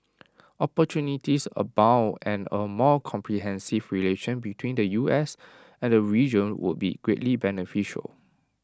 opportunities abound and A more comprehensive relation between the U S and the region would be greatly beneficial